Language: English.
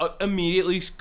immediately